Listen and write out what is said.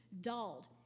dulled